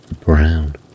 brown